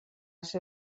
ser